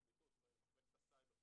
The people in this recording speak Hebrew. הפרקליטות, מחלקת הסייבר.